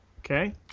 Okay